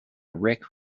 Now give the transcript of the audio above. rick